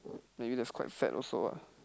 maybe that's quite fat also lah